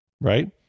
right